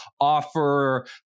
offer